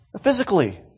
Physically